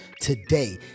today